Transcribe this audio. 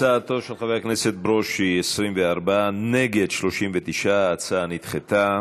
39. ההצעה נדחתה.